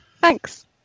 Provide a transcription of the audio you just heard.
Thanks